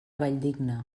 valldigna